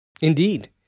Indeed